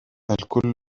الكل